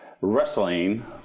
wrestling